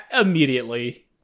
Immediately